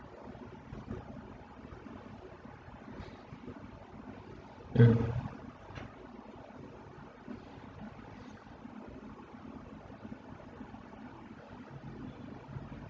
mm